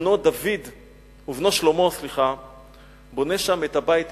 ובנו שלמה בונה שם את הבית הראשון,